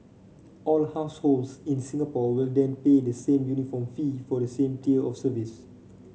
all households in Singapore will then pay the same uniform fee for the same tier of service